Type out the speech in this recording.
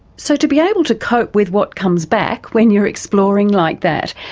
so to be able to cope with what comes back when you're exploring like that,